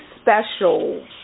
special